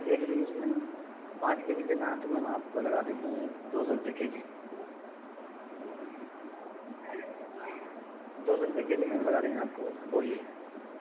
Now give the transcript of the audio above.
کتنے K G مچھلی لینا ہے پانچ کے جی لینا ہے تو میم آپ کو لگا دیں گے دو سو روپے کے جی دو سو روپے کے جی میم لگا دیں گے آپ کو بولیے